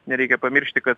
nereikia pamiršti kad